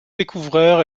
découvreur